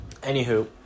Anywho